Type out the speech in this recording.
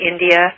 India